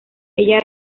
ella